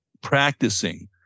practicing